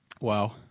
wow